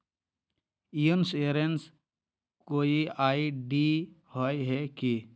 Insurance कोई ID होय है की?